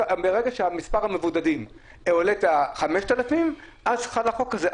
ברגע שמס' המבודדים עולה את ה-5,000 אז חל החוק הזה,